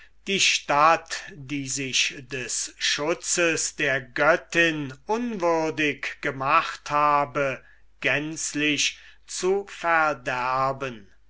die stadt die sich des schutzes der göttin unwürdig gemacht gänzlich zu verderben